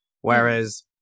whereas